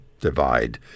divide